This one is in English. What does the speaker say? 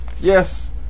Yes